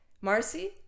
marcy